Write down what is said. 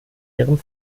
ihrem